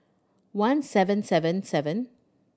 one seven seven seven